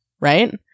Right